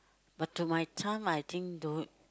but to my time I think don't